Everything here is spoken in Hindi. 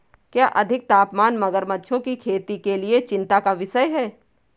क्या अधिक तापमान मगरमच्छों की खेती के लिए चिंता का विषय है?